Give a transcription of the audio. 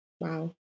Wow